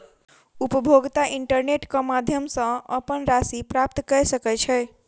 उपभोगता इंटरनेट क माध्यम सॅ अपन राशि प्राप्त कय सकै छै